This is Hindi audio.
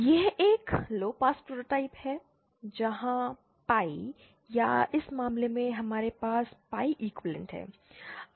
यह एक लोअ पास प्रोटोटाइप है जहां पाई या इस मामले में हमारे पास पाई इकोईवैलेंट है